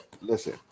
Listen